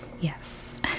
Yes